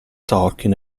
talking